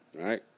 Right